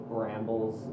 Brambles